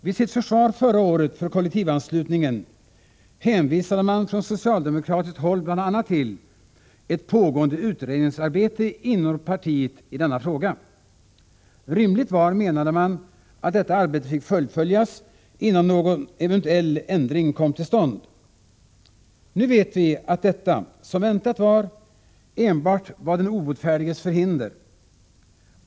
Vid sitt försvar förra året för kollektivanslutningen hänvisade man från socialdemokratiskt håll bl.a. till ett pågående utredningsarbete inom partiet i denna fråga. Rimligt var, menade man, att detta arbete fick fullföljas, innan någon eventuell ändring kom till stånd. Nu vet vi att detta, som väntat, enbart var den obotfärdiges förhinder.